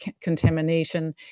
contamination